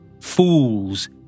Fools